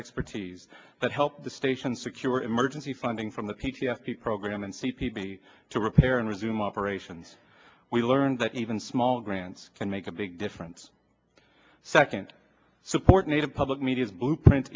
expertise that helped the station secure emergency funding from the p t s d program and c p b to repair and resume operations we learned that even small grants can make a big difference second support native public media's blueprint